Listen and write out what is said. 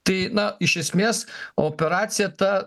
tai na iš esmės operacija ta